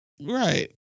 Right